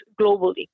globally